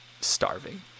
starving